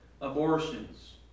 abortions